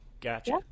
Gotcha